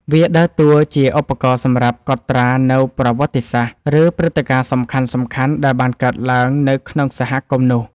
វាដើរតួជាឧបករណ៍សម្រាប់កត់ត្រានូវប្រវត្តិសាស្ត្រ ឬព្រឹត្តិការណ៍សំខាន់ៗដែលបានកើតឡើងនៅក្នុងសហគមន៍នោះ។